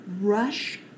rush